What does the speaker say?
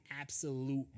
absolute